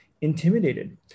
intimidated